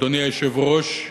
אדוני היושב-ראש,